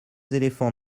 éléphants